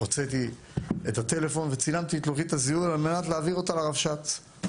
הוצאתי את הטלפון וצילמתי את לוחית הזיהוי כדי להעביר אותה לרבש"ץ.